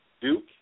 Duke